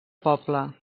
poble